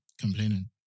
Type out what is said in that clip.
complaining